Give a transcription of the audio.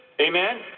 amen